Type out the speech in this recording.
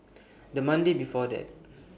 The Monday before that